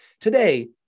Today